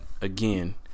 again